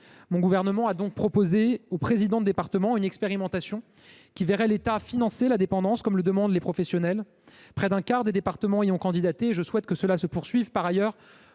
Mon gouvernement a donc proposé aux présidents de conseils départementaux une expérimentation qui verrait l’État financer la dépendance, comme le demandent les professionnels. Près d’un quart des départements s’y sont portés candidats, et je souhaite que le mouvement se poursuive. Par ailleurs,